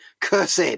Cursed